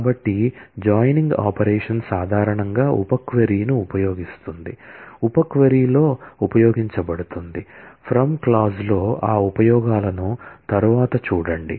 కాబట్టి joining operation సాధారణంగా sub క్వరీను ఉపయోగిస్తుంది సబ్ క్వరీలో ఉపయోగించబడుతుంది ఫ్రమ్ క్లాజ్ లో ఆ ఉపయోగాలను తరువాత చూడండి